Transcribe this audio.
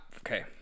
Okay